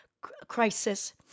crisis